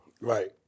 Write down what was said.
Right